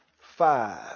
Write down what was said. five